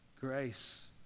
grace